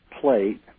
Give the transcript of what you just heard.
plate